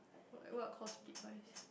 what called split-wise